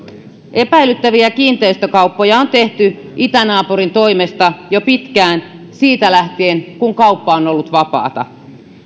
epäilyttäviä kiinteistökauppoja on tehty itänaapurin toimesta jo pitkään siitä lähtien kun kauppa on ollut vapaata